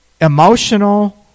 emotional